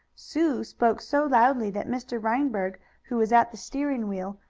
sue spoke so loudly that mr. reinberg, who was at the steering wheel,